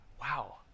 wow